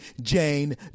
Jane